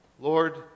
Lord